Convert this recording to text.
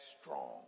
strong